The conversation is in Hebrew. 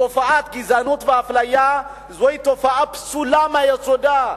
תופעת גזענות ואפליה זוהי תופעה פסולה מיסודה,